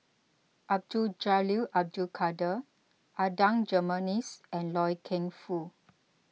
Abdul Jalil Abdul Kadir Adan Jimenez and Loy Keng Foo